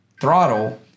throttle